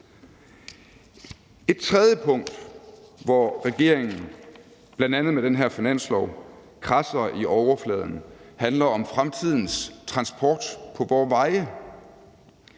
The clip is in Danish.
Et andet punkt, hvor regeringen bl.a. med den her finanslov kradser i overfladen, handler om fremtidens transport på vore veje.